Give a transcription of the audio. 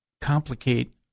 complicate